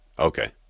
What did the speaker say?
Okay